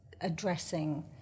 addressing